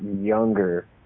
younger